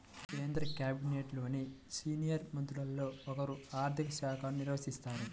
కేంద్ర క్యాబినెట్లోని సీనియర్ మంత్రుల్లో ఒకరు ఆర్ధిక శాఖను నిర్వహిస్తారు